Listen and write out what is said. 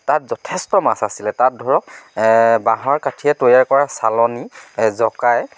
তাত যথেষ্ট মাছ আছিলে তাত ধৰক বাঁহৰ কাঠিৰে তৈয়াৰ কৰা চালনী জকাই